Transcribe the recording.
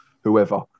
whoever